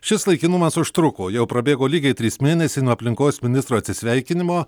šis laikinumas užtruko jau prabėgo lygiai trys mėnesiai nuo aplinkos ministro atsisveikinimo